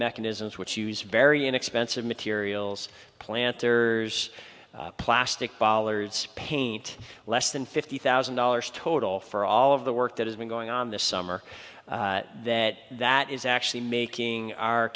mechanisms which use very inexpensive materials planters plastic bollards paint less than fifty thousand dollars total for all of the work that has been going on this summer that that is actually making our